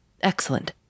Excellent